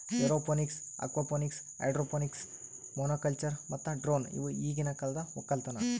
aeroponics, aquaponics, hydroponics, monoculture ಮತ್ತ drone ಇವು ಈಗಿನ ಕಾಲದ ಒಕ್ಕಲತನ